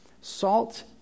Salt